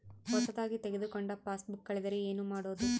ಹೊಸದಾಗಿ ತೆಗೆದುಕೊಂಡ ಪಾಸ್ಬುಕ್ ಕಳೆದರೆ ಏನು ಮಾಡೋದು?